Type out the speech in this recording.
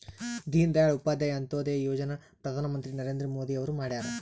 ದೀನ ದಯಾಳ್ ಉಪಾಧ್ಯಾಯ ಅಂತ್ಯೋದಯ ಯೋಜನಾ ಪ್ರಧಾನ್ ಮಂತ್ರಿ ನರೇಂದ್ರ ಮೋದಿ ಅವ್ರು ಮಾಡ್ಯಾರ್